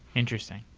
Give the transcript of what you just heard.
interesting.